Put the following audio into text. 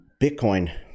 bitcoin